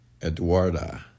Eduarda